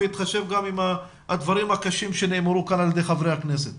בהתחשב גם בדברים הקשים שנאמרו כאן על ידי חברי הכנסת?